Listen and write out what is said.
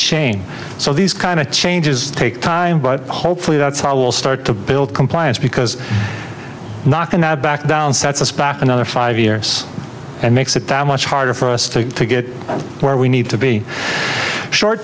chain so these kind of changes take time but hopefully that's our will start to build compliance because not going to back down sets us back another five years and makes it much harder for us to get where we need to be short